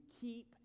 keep